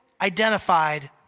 identified